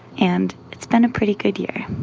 and it's been a pretty good year.